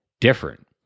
different